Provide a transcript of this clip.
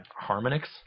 harmonics